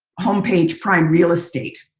home page prime real estate.